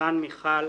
בירן מיכל,